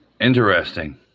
Interesting